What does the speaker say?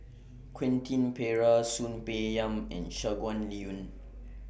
Quentin Pereira Soon Peng Yam and Shangguan Liuyun